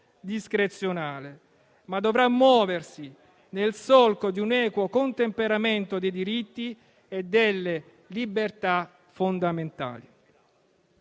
discrezionale, ma dovrà muoversi nel solco di un equo contemperamento dei diritti e delle libertà fondamentali.